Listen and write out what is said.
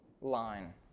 line